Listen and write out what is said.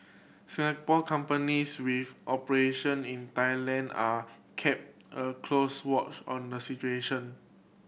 Singapore companies with operation in Thailand are kept a close watch on the situation